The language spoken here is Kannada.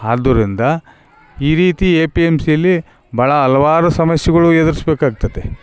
ಆದ್ದರಿಂದ ಈ ರೀತಿ ಎ ಪಿ ಎಮ್ ಸಿಯಲ್ಲಿ ಭಾಳ ಹಲ್ವಾರು ಸಮಸ್ಯೆಗಳು ಎದುರಿಸ್ಬೇಕಾಗ್ತತೆ